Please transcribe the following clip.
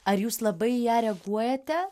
ar jūs labai į ją reaguojate